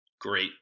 great